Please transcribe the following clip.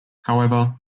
however